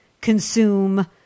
consume